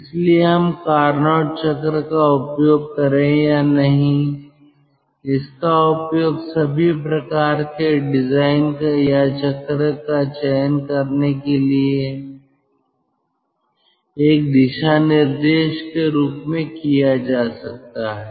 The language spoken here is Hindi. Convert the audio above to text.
इसलिए हम कार्नोट चक्र का उपयोग करें या नहीं इसका उपयोग सभी प्रकार के डिजाइन या चक्र का चयन करने के लिए एक दिशानिर्देश के रूप में किया जा सकता है